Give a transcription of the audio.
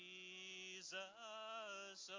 Jesus